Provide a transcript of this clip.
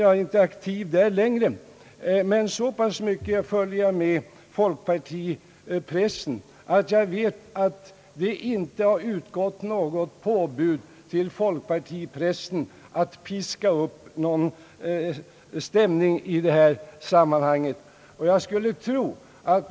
Jag har visserligen lämnat pressen, men så pass mycket följer jag med folkpartipressen att jag vet att det inte utgått något påbud till folkpartiets tidningar att piska upp stämningen mot regeringsförslaget.